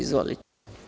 Izvolite.